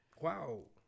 wow